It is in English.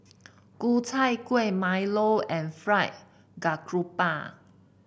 Ku Chai Kuih Milo and Fried Garoupa